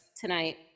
tonight